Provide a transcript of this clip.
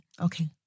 Okay